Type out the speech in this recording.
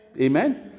Amen